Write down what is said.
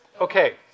Okay